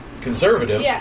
conservative